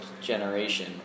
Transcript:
generation